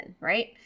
right